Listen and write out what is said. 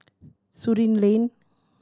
Surin Lane